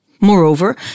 Moreover